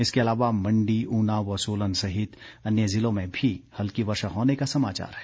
इसके अलावा मंडी ऊना व सोलन सहित अन्य जिलों में भी हल्की वर्षा होने का समाचार है